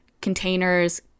containers